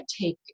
take